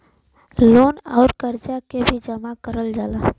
loan अउर करजा के भी जमा करल जाला